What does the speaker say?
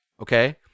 Okay